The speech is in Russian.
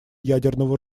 ядерного